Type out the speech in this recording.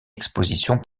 exposition